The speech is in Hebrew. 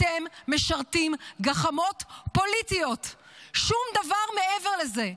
אתם משרתים גחמות פוליטיות ושום דבר מעבר לזה.